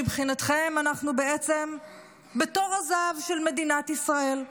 מבחינתכם אנחנו בעצם בתור הזהב של מדינת ישראל.